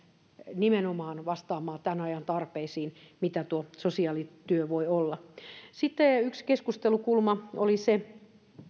nimenomaan vastaamaan tämän ajan tarpeisiin siinä mitä tuo sosiaalityö voi olla sitten yksi keskustelukulma oli se